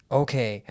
okay